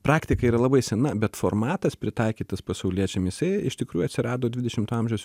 praktika yra labai sena bet formatas pritaikytas pasauliečiam jisai iš tikrųjų atsirado dvidešimto amžiaus